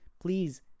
please